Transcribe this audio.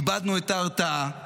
איבדנו את ההרתעה.